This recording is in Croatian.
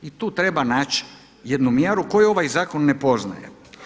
I tu treba naći jednu mjeru koju ovaj zakon ne poznaje.